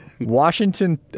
Washington